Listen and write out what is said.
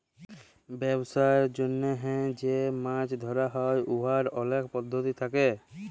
ব্যবসার জ্যনহে যে মাছ ধ্যরা হ্যয় উয়ার অলেক পদ্ধতি থ্যাকে